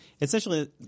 essentially